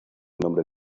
nombre